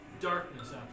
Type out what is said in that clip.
Darkness